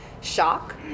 shock